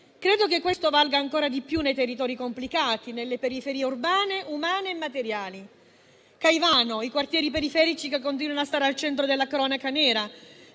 Credo che questo valga ancora di più nei territori complicati, nelle periferie urbane, umane e materiali; pensiamo a Caivano, ai quartieri periferici che continuano a stare al centro della cronaca nera.